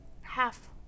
half